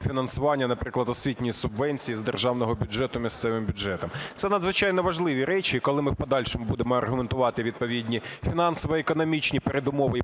фінансування, наприклад, "Освітньої субвенції з державного бюджету місцевим бюджетам". Це надзвичайно важливі речі, коли ми в подальшому будемо аргументувати відповідні фінансово-економічні передумови